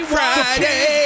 Friday